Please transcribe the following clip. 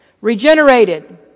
Regenerated